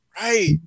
Right